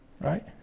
Right